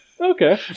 Okay